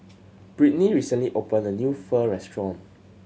Brittnie recently opened a new Pho restaurant